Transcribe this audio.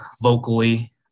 vocally